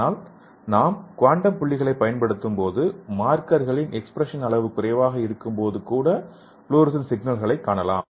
ஆனால் நாம் குவாண்டம் புள்ளிகளைப் பயன்படுத்தும்போது மார்க்கர்களின் எக்ஸ்பிரஷன் அளவு குறைவாக இருக்கும்போது கூட ஃப்ளோரசன் சிக்னல்களை காணலாம்